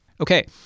Okay